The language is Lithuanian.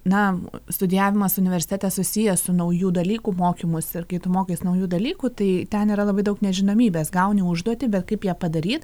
na studijavimas universitete susijęs su naujų dalykų mokymusi ir kai tu mokais naujų dalykų tai ten yra labai daug nežinomybės gauni užduotį bet kaip ją padaryt